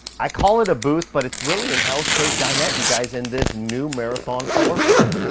i call it a booth, but it's really an l-shaped dinette, you guys, in this new marathon floor plan.